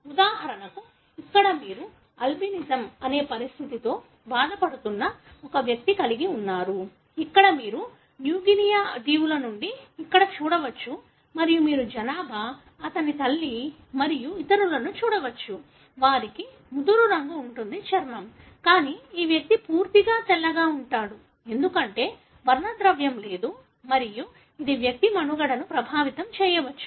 ఉదాహరణకు ఇక్కడ మీరు అల్బినిజం అనే పరిస్థితితో బాధపడుతున్న ఒక వ్యక్తిని కలిగి ఉన్నారు ఇక్కడ మీరు న్యూ గినియా దీవుల నుండి ఇక్కడ చూడవచ్చు మరియు మీరు జనాభా అతని తల్లి మరియు ఇతరులను చూడవచ్చు వారికి ముదురు రంగు ఉంటుంది చర్మం కానీ ఈ వ్యక్తి పూర్తిగా తెల్లగా ఉంటాడు ఎందుకంటే వర్ణద్రవ్యం లేదు మరియు ఇది వ్యక్తి మనుగడను ప్రభావితం చేయవచ్చు